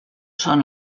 són